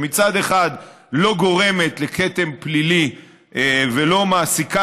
שמצד אחד לא גורמת לכתם פלילי ולא מעסיקה